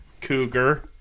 Cougar